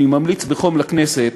אני ממליץ בחום לכנסת